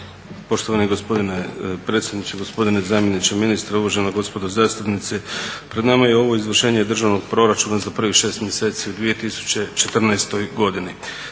Poštovani gospodine predsjedniče, gospodine zamjeniče ministra, uvažena gospodo zastupnici. Pred nam je ovo Izvršenje državnog proračuna za prvih 6 mjeseci u 2014. godini.